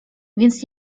więc